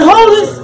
Holy